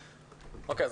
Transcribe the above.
אוקיי,